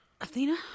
Athena